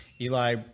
Eli